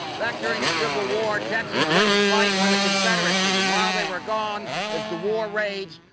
back during the civil war, texans went to fight for the confederacy. and while they were gone, as the war raged,